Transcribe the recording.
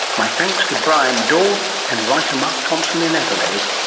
my thanks to bryan dawe and writer mark thomson in adelaide.